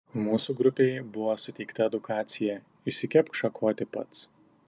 mūsų grupei buvo suteikta edukacija išsikepk šakotį pats